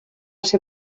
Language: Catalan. ser